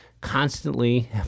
constantly